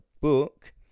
book